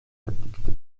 fertigte